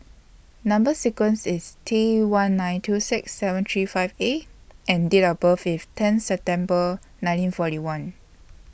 Number sequence IS T one nine two six seven three five A and Date of birth IS ten September nineteen forty one